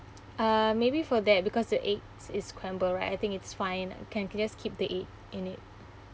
uh maybe for that because the eggs is scrambled right I think it's fine can just keep the egg in it